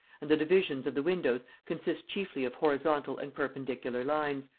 and the divisions of the windows consist chiefly of horizontal and perpendicular lines,